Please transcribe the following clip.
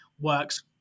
works